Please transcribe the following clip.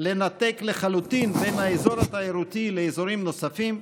לנתק לחלוטין בין האזור התיירותי לאזורים נוספים,